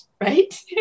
right